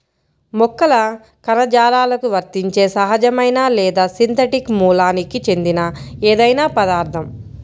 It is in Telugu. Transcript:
మొక్కల కణజాలాలకు వర్తించే సహజమైన లేదా సింథటిక్ మూలానికి చెందిన ఏదైనా పదార్థం